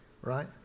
right